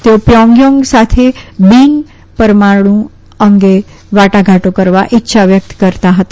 તેઓ પર્યોગયાંગ સાથે બીન પરમાણુ અંગે વાટાઘાટો કરવા ઈચ્છા વ્યકત કરી હતી